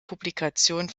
publikation